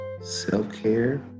self-care